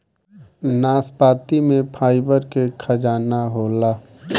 नाशपाती में फाइबर के खजाना होला